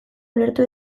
ulertu